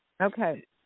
okay